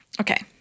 Okay